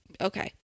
Okay